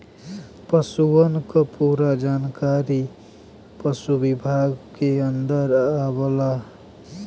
पसुअन क पूरा जानकारी पसु विभाग के अन्दर आवला